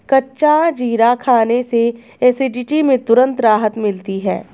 कच्चा जीरा खाने से एसिडिटी में तुरंत राहत मिलती है